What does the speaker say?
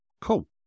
cool